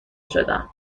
شدم